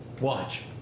Watch